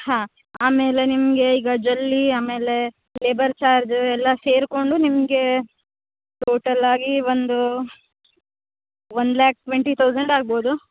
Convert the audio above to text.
ಹಾಂ ಆಮೇಲೆ ನಿಮಗೆ ಈಗ ಜಲ್ಲಿ ಆಮೇಲೇ ಲೇಬರ್ ಚಾರ್ಜ್ ಎಲ್ಲ ಸೇರ್ಕೊಂಡು ನಿಮಗೆ ಟೋಟಲಾಗಿ ಒಂದು ಒನ್ ಲ್ಯಾಕ್ ಟ್ವೆಂಟಿ ತೌಸಂಡ್ ಆಗ್ಬೋದು